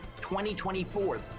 2024